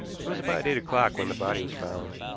was about eight o'clock when the body was found,